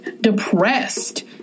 depressed